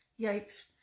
Yikes